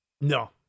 No